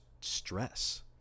stress